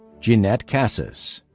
jeanette casas.